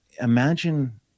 imagine